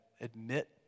admit